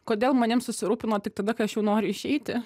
kodėl manim susirūpino tik tada kai aš jau noriu išeiti